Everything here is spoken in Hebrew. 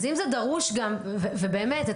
ובאמת,